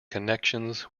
connections